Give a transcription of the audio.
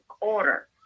order